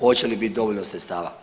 Hoće li biti dovoljno sredstva?